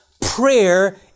prayer